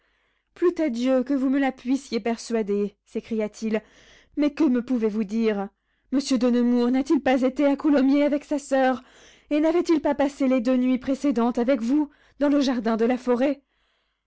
plût à dieu que vous me la puissiez persuader s'écria-t-il mais que me pouvez-vous dire monsieur de nemours n'a-t-il pas été à coulommiers avec sa soeur et n'avait-il pas passé les deux nuits précédentes avec vous dans le jardin de la forêt